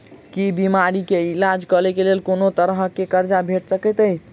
की बीमारी कऽ इलाज कऽ लेल कोनो तरह कऽ कर्जा भेट सकय छई?